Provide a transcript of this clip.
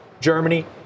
Germany